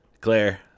Claire